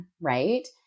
right